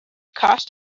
cost